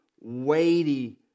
weighty